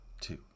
two